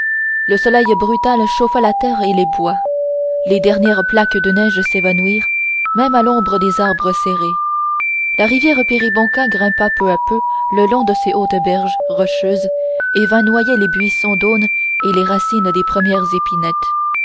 le soleil brutal chauffa la terre et les bois les dernières plaques de neige s'évanouirent même à l'ombre des arbres serrés la rivière péribonka grimpa peu à peu le long de se hautes berges rocheuses et vint noyer les buisson d'aunes et les racines des premières épinettes